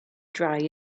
dry